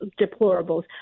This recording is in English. deplorables